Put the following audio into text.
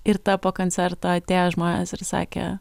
ir ta po koncerto atėjo žmonės ir sakė